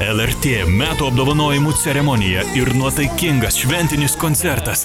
lrt metų apdovanojimų ceremonija ir nuotaikingas šventinis koncertas